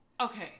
Okay